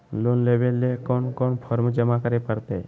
Loan लेवे ले कोन कोन फॉर्म जमा करे परते?